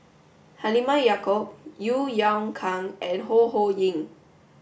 Halimah Yacob Yeo Yeow Kwang and Ho Ho Ying